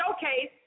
showcase